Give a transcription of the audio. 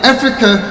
Africa